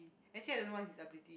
actually I don't know what is ability